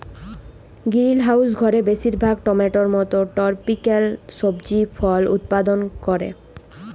greenhouse ঘরে বেশিরভাগ টমেটোর মত টরপিক্যাল সবজি ফল উৎপাদল ক্যরা